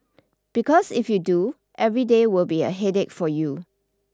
because if you do every day will be a headache for you